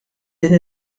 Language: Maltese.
din